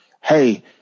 Hey